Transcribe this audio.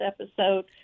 episode